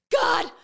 God